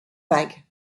vague